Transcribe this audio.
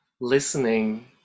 listening